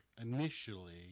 initially